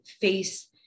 face